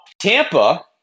Tampa